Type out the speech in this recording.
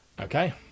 Okay